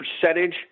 percentage